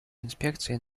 инспекции